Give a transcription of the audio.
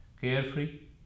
Carefree